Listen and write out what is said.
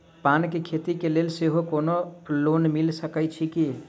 पान केँ खेती केँ लेल सेहो कोनो लोन मिल सकै छी की?